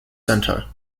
centre